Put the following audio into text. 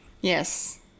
Yes